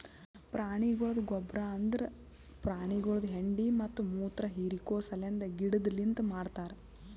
ಪ್ರಾಣಿಗೊಳ್ದ ಗೊಬ್ಬರ್ ಅಂದುರ್ ಪ್ರಾಣಿಗೊಳ್ದು ಹೆಂಡಿ ಮತ್ತ ಮುತ್ರ ಹಿರಿಕೋ ಸಲೆಂದ್ ಗಿಡದಲಿಂತ್ ಮಾಡ್ತಾರ್